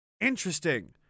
Interesting